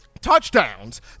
touchdowns